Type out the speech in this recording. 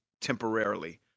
temporarily